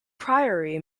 priory